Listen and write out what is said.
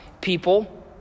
people